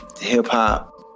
hip-hop